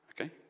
Okay